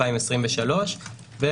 בכל מקרה,